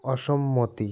অসম্মতি